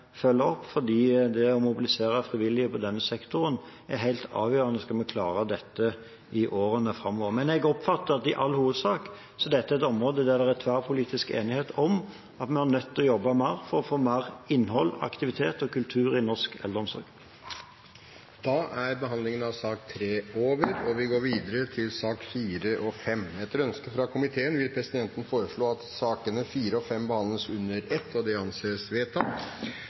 opp, for det å mobilisere frivillige i denne sektoren er helt avgjørende, skal vi klare dette i årene framover. Jeg oppfatter at i all hovedsak er dette et område der det er tverrpolitisk enighet om at vi er nødt til å jobbe mer for å få mer innhold, aktivitet og kultur i norsk eldreomsorg. Da er sak nr. 3 ferdigbehandlet. Etter ønske fra næringskomiteen vil presidenten foreslå at sakene nr. 4 og 5 behandles under ett. – Det anses vedtatt. Etter ønske fra finanskomiteen vil presidenten foreslå at taletiden blir begrenset 5 minutter til hver partipartigruppe og